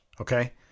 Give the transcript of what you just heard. Okay